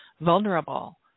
vulnerable